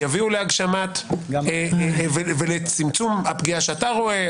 יביאו לצמצום הפגיעה שאתה רואה,